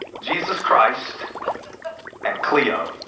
jesus christ and cleo.